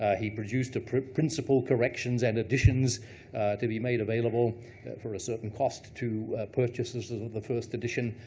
ah he produced a principle correction and editions to be made available for a certain cost to purchasers of the first edition.